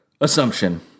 assumption